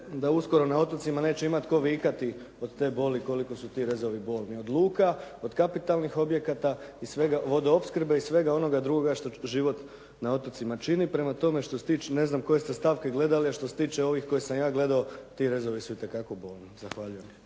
da uskoro na otocima neće imati tko vikati od te boli koliko su ti rezovi bolni, od luka, od kapitalnih objekata, vodoopskrbe i svega onoga drugoga što život na otocima čini. Prema tome, što se tiče, ne znam koje ste stavke gledali, ali što se tiče ovih koje sam ja gledao ti rezovi su itekako bolni. Zahvaljujem.